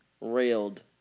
Railed